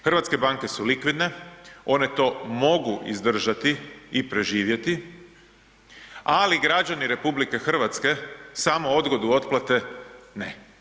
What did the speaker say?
Hrvatske banke su likvidne, one to mogu izdržati i preživjeti, ali građani RH samo odgodu otplate ne.